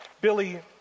Billy